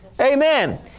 Amen